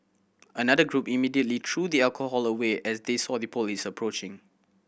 another group immediately threw the alcohol away as they saw the police approaching